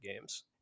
games